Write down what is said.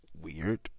weird